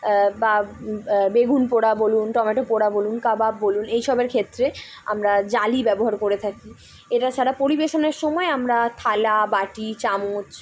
বা বেগুন পোড়া বলুন টমেটো পোড়া বলুন কাবাব বলুন এইসবের ক্ষেত্রে আমরা জালি ব্যবহার করে থাকি এটা ছাড়া পরিবেশনের সময় আমরা থালা বাটি চামচ